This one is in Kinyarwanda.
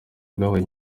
bwabaye